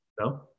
No